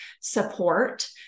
support